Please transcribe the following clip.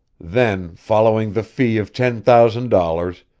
then, following the fee of ten thousand dollars,